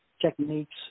techniques